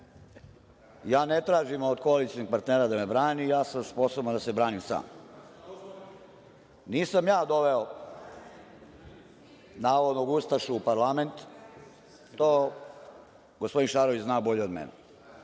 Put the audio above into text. ja ne tražim od koalicionog partnera da me brani. Ja sam sposoban da se branim sam. Nisam ja doveo navodnog ustašu u parlament, to gospodin Šarović zna bolje od mene.